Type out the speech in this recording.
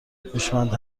هوشمند